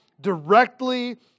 directly